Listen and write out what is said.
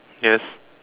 yes